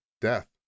death